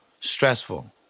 stressful